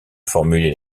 formuler